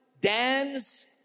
dance